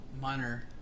minor